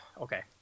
Okay